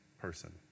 person